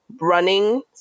running